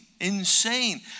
insane